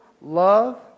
love